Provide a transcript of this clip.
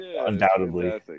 undoubtedly